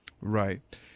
Right